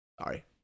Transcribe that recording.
Sorry